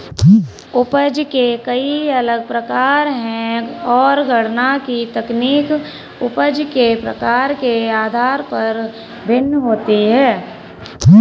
उपज के कई अलग प्रकार है, और गणना की तकनीक उपज के प्रकार के आधार पर भिन्न होती है